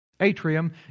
atrium